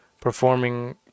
performing